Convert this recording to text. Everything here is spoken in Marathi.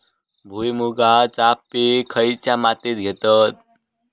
भुईमुगाचा पीक खयच्या मातीत घेतत?